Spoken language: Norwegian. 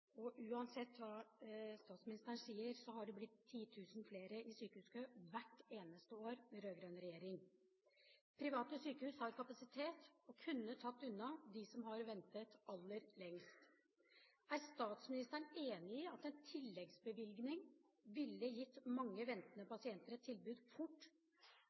uansett hva statsministeren sier, har det blitt 10 000 flere i sykehuskø hvert eneste år under den rød-grønne regjeringen. Private sykehus har kapasitet og kunne tatt unna dem som har ventet aller lengst. Er statsministeren enig i at en tilleggsbevilgning ville gitt mange ventende pasienter et tilbud fort